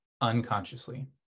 unconsciously